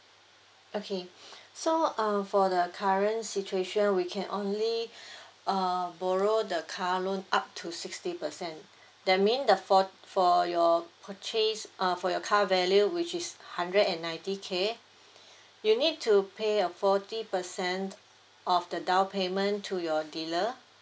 okay so uh for the current situation we can only uh borrow the car loan up to sixty percent that mean the for for your purchase uh for your car value which is hundred and ninety K you need to pay a forty percent of the down payment to your dealer